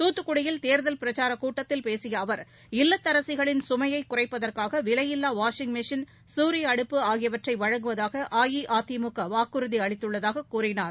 தூத்துக்குடியில் தேர்தல் பிரச்சாரக் கூட்டத்தில் பேசிய அவர் இல்லதரசிகளின் சுமையை குறைப்பதற்காக விவையில்லா வாஷிங் மெஷின் சூரிய அடுப்பு ஆகியவற்றை வழங்குவதாக அஇஅதிமுக வாக்குறுதி அளித்துள்ளதாக கூறினார்